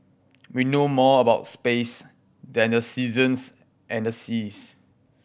we know more about space than the seasons and the seas